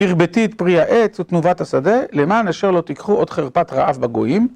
הרבתי פרי העץ ותנובת השדה למען אשר לא תיקחו עוד חרפת רעב בגויים